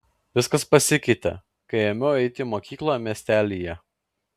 viskas pasikeitė kai ėmiau eiti į mokyklą miestelyje